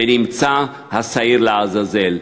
ונמצא השעיר לעזאזל.